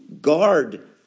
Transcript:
guard